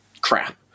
crap